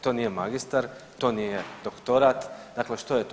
To nije magistar, to nije doktorat, dakle što je to?